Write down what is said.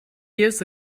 years